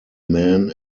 men